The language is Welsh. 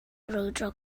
brwydro